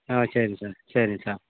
ஆ சரிங்க சார் சரிங்க சார்